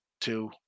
two